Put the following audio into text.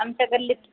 आमच्या गल्लीत